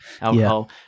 alcohol